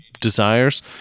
desires